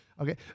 Okay